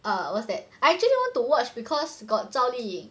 err what's that I actually want to watch because got 赵丽颖